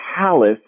palace